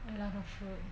in love of sure